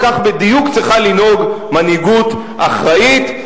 וכך בדיוק צריכה לנהוג מנהיגות אחראית.